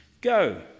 go